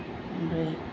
ओमफ्राय